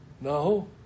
no